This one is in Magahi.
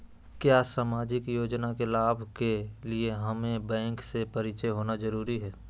क्या सामाजिक योजना के लाभ के लिए हमें बैंक से परिचय होना जरूरी है?